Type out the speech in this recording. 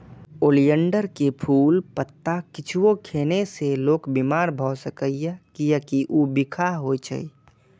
oleander के फूल, पत्ता किछुओ खेने से लोक बीमार भए सकैए, कियैकि ऊ बिखाह होइ छै